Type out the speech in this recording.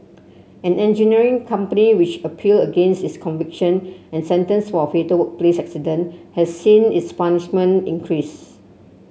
an engineering company which appealed against its conviction and sentence for a fatal workplace accident has seen its punishment increased